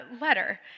letter